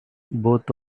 both